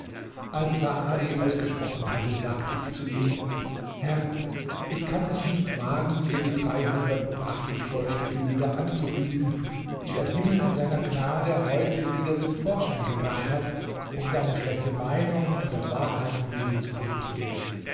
als saadi ausgesprochen hatte sagte ich zu ihm herr ich kann es nicht wagen dir die dreihundert und achtzig goldstücke wieder anzubieten die der himmel in seiner gnade heute wieder zum vorschein gebracht hat um deine schlechte meinung von der wahrheitsliebe zu berichtigen